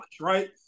right